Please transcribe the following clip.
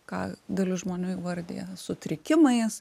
ką dalis žmonių įvardija sutrikimais